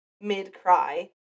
mid-cry